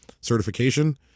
certification